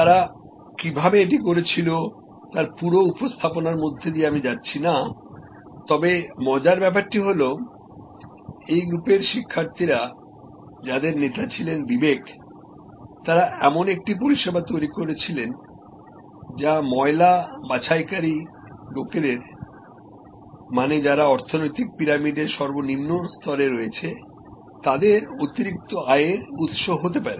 তারা কীভাবে এটি করেছিল তার পুরো উপস্থাপনের মধ্য দিয়ে আমি যাচ্ছি না তবে মজার ধারণাটি হল এই গ্রুপের শিক্ষার্থী রা যাদেরনেতা ছিলেন বিবেকতারা এমন একটি পরিষেবা তৈরি করেছিলেন যা ময়লা বাছাইকারী লোকদের মানে যারা অর্থনৈতিক পিরামিডের সর্বনিম্ন স্তরে রয়েছে তাদের অতিরিক্ত আয়ের উৎস হতে পারে